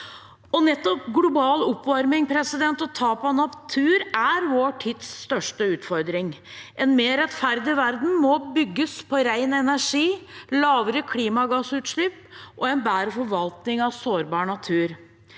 Nettopp global oppvarming og tap av natur er vår tids største utfordring. En mer rettferdig verden må bygges på ren energi, lavere klimagassutslipp og en bedre forvaltning av sårbar natur.